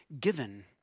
given